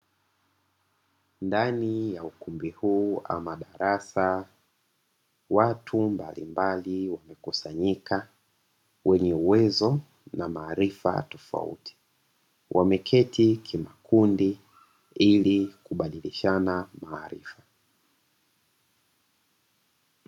Ndani ya ukumbi huu ama darasa, watu mbalimbali wamekusanyika wenye uwezo na maarifa tofauti; wameketi kimakundi ili kubadilishana maarifa.